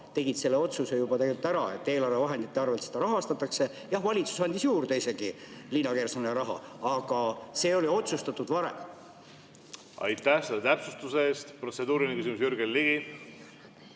tegid selle otsuse juba tegelikult ära, et eelarvevahendite arvel seda rahastatakse, ja valitsus andis juurde isegi raha Liina Kersnale. Aga see oli otsustatud varem. Aitäh selle täpsustuse eest! Protseduuriline küsimus, Jürgen Ligi.